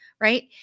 right